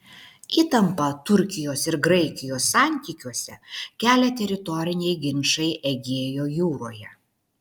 įtampą turkijos ir graikijos santykiuose kelia teritoriniai ginčai egėjo jūroje